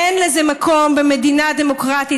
אין לזה מקום במדינה דמוקרטית.